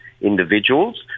individuals